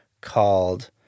called